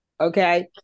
Okay